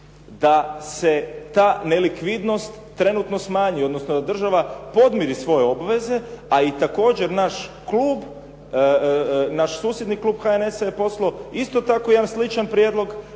da se ta nelikvidnost trenutno smanji odnosno da država podmiri svoje obveze a i također naš klub, naš susjedni klub HNS-a je poslao isto tako jedan sličan prijedlog